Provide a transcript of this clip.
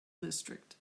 district